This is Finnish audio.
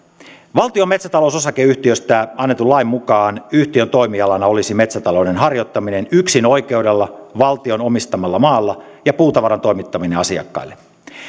valtion metsätalousosakeyhtiöstä annetun lain mukaan yhtiön toimialana olisi metsätalouden harjoittaminen yksinoikeudella valtion omistamalla maalla ja puutavaran toimittaminen asiakkaille